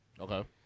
Okay